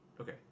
Okay